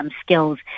skills